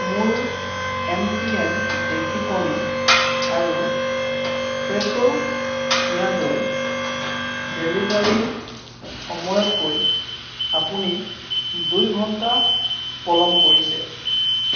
মোৰ M P M দেশী কণী আৰু ফ্ৰেছো পিঁয়াজৰ ডেলিভাৰীৰ সময়তকৈ আপুনি দুই ঘণ্টা পলম কৰিছে